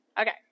okay